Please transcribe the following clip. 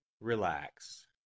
Relax